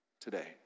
today